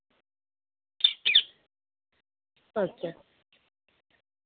ᱟᱪᱪᱷᱟ